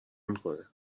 میکنه